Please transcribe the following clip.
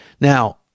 Now